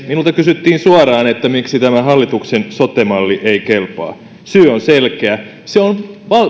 minulta kysyttiin suoraan miksi tämä hallituksen sote malli ei kelpaa syy on selkeä se on